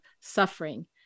suffering